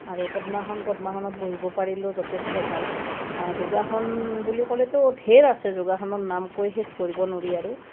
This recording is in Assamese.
আৰু পদ্মাসন পদ্মাসনত বহিব পাৰিলেও যথেষ্ট ভাল যোগাসন বুলি ক'লেতো ধেৰ আছে যোগাসন যোগাসনৰ নাম কৈ শেষ কৰিব নোৱাৰি আৰু